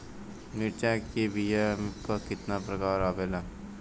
मिर्चा के बीया क कितना प्रकार आवेला?